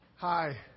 Hi